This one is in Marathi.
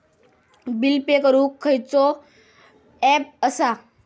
बिल पे करूक खैचो ऍप असा?